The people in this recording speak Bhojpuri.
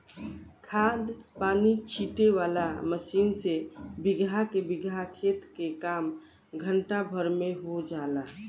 खाद पानी छीटे वाला मशीन से बीगहा के बीगहा खेत के काम घंटा भर में हो जाला